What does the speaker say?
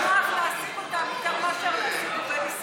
ברור שנוח להעסיק אותם יותר מאשר להעסיק עובד ישראלי.